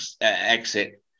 exit